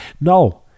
no